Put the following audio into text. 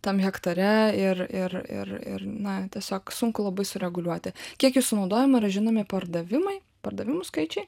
tam hektare ir ir ir ir na tiesiog sunku labai sureguliuoti kiek jų sunaudojama yra žinomi pardavimai pardavimų skaičiai